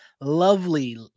lovely